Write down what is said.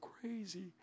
crazy